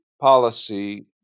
policy